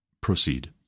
proceed